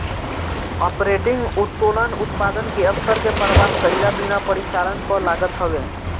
operating उत्तोलन उत्पादन के स्तर के परवाह कईला बिना परिचालन पअ लागत हवे